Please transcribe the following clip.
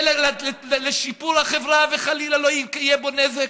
יהיה לשיפור החברה, וחלילה לא יהיה בו נזק,